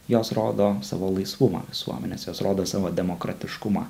jos rodo savo laisvumą visuomenės jos rodo savo demokratiškumą